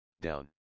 down